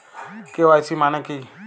KYC মানে কী?